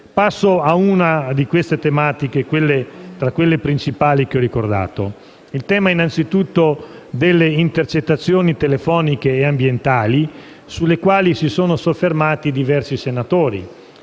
Passo a una di queste tematiche tra quelle principali che ho ricordato: innanzitutto il tema delle intercettazioni telefoniche e ambientali, sulle quali si sono soffermati diversi senatori.